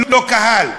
ללא קהל.